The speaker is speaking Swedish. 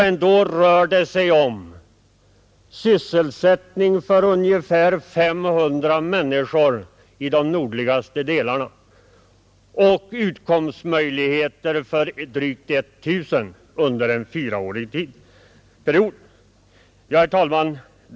Ändå rör det sig om sysselsättning för ungefär 500 människor i landets nordligaste delar och utkomstmöjligheter för drygt 1 000 personer under en fyraårsperiod. Herr talman!